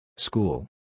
School